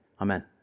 Amen